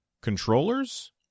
controllers